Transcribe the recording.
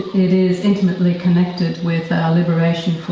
it is intimately connected with liberation for